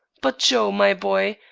but joe, my boy,